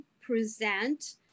present